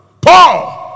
Paul